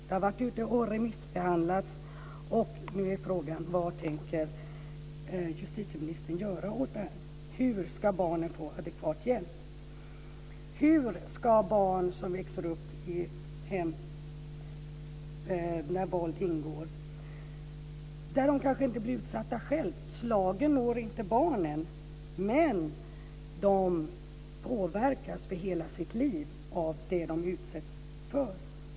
De har remissbehandlats, och nu är frågan: Vad tänker justitieministern göra åt detta? Hur ska barnen få adekvat hjälp? Hur ska vi hjälpa de barn som växer upp i hem där våld ingår? De kanske inte blir utsatta själva. Slagen når inte barnen, men de påverkas för hela sitt liv av det de utsätts för.